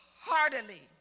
heartily